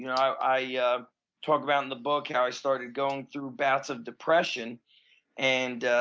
you know i yeah talk about in the book how i started going through bouts of depression and